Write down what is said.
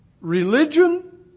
religion